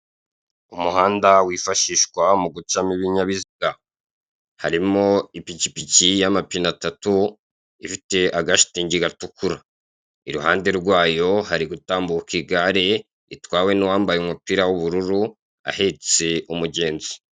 Umuhanda wifashishwa mugucamo ibinyabiziga harimo ipikipiki y'amapine atatu ifite agashitingi gatukura, iruhande rwayo hari gutambuka igare ritwawe n'uwambaye umupira w'ubururu ahetse umugenzi.